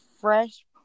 fresh